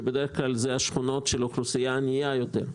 ובדרך כלל אלו שכונות של אוכלוסייה ענייה יותר,